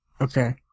Okay